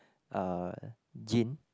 uh Gin